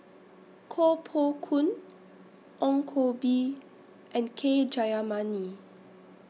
Koh Poh Koon Ong Koh Bee and K Jayamani